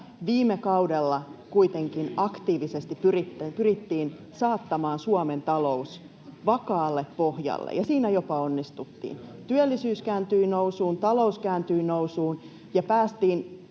Viime kaudella kuitenkin aktiivisesti pyrittiin saattamaan Suomen talous vakaalle pohjalle ja siinä jopa onnistuttiin. Työllisyys kääntyi nousuun, talous kääntyi nousuun ja päästiin